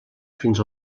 fins